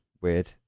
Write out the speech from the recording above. weird